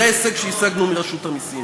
זה הישג שהשגנו מרשות המסים.